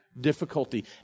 difficulty